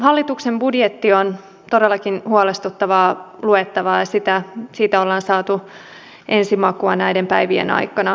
hallituksen budjetti on todellakin huolestuttavaa luettavaa ja siitä ollaan saatu ensimakua näiden päivien aikana